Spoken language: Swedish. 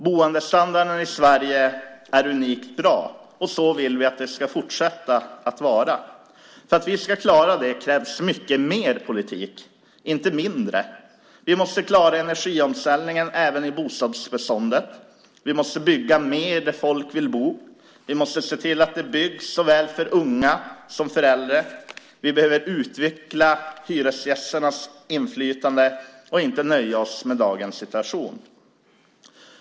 Boendestandarden i Sverige är unikt bra, och så vill vi att det ska fortsätta att vara. För att vi ska klara det krävs mycket mer politik, inte mindre. Vi måste klara energiomställningen även i bostadsbeståndet. Vi måste bygga mer där folk vill bo. Vi måste se till att det byggs såväl för unga som för äldre. Vi behöver utveckla hyresgästernas inflytande och inte nöja oss med dagens situation.